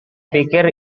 pikir